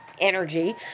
energy